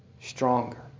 stronger